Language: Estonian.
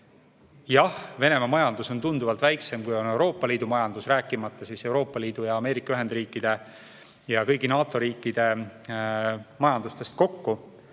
Jah, Venemaa majandus on tunduvalt väiksem, kui on Euroopa Liidu majandus, rääkimata siis Euroopa Liidu ja Ameerika Ühendriikide, üldse kõigi NATO riikide majandustest kokku.